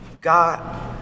God